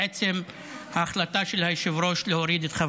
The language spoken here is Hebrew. לעצם ההחלטה של היושב-ראש להוריד את חבר